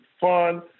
fun